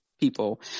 People